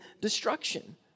destruction